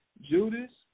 Judas